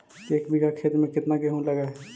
एक बिघा खेत में केतना गेहूं लग है?